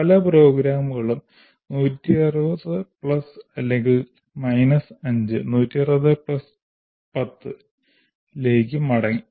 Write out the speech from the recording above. പല പ്രോഗ്രാമുകളും 160 പ്ലസ് അല്ലെങ്കിൽ മൈനസ് 5 160 പ്ലസ് 10 ലേക്ക് മടങ്ങി